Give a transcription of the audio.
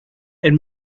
and